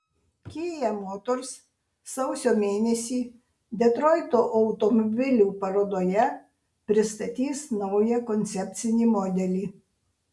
kia motors sausio mėnesį detroito automobilių parodoje pristatys naują koncepcinį modelį